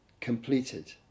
completed